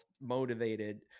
motivated